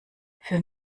für